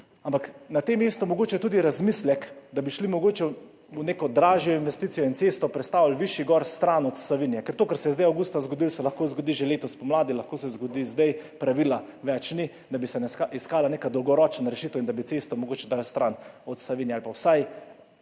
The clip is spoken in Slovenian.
Ampak na tem mestu mogoče tudi razmislek, da bi šli mogoče v neko dražjo investicijo in cesto prestavili višje gor, stran od Savinje. Ker to, kar se je avgusta zgodilo, se lahko zgodi že letos spomladi, lahko se zgodi zdaj, pravila več ni. Da bi se iskala neka dolgoročna rešitev in da bi cesto mogoče dali stran od Savinje ali pa vsaj